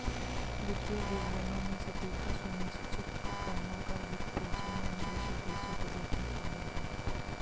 वित्तीय विवरणों में सटीकता सुनिश्चित करना कर, वित्तपोषण, या निवेश उद्देश्यों को देखना शामिल हैं